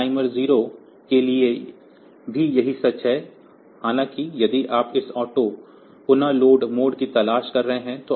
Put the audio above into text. इस टाइमर 0 के लिए भी यही सच है हालाँकि यदि आप इस ऑटो पुनः लोड मोड की तलाश कर रहे हैं